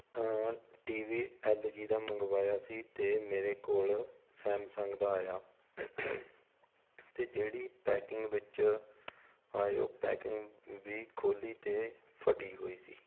T V L G ਦਾ ਮੰਗਵਾਇਆ ਸੀ ਅਤੇ ਮੇਰੇ ਕੋਲ ਸੈਮਸੰਗ ਦਾ ਆਇਆ ਅਤੇ ਜਿਹੜੀ ਪੈਕਿੰਗ ਵਿੱਚ ਆਏ ਉਹ ਪੈਕਿੰਗ ਵੀ ਖੋਲ੍ਹੀ ਅਤੇ ਫਟੀ ਹੋਈ ਸੀ